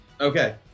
Okay